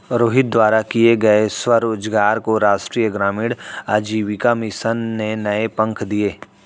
रोहित द्वारा किए गए स्वरोजगार को राष्ट्रीय ग्रामीण आजीविका मिशन ने नए पंख दिए